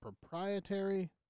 proprietary